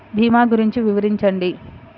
భీమా గురించి వివరించండి?